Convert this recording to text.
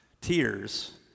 tears